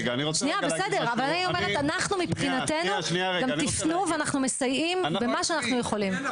אנחנו מבחינתנו גם תפנו ואנחנו מסייעים במה שאנחנו יכולים.